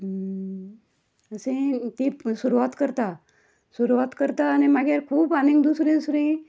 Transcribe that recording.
अशें तीं सुरवात करता सुरवात करता आनी मागीर खूब आनी दुसरें दुसरें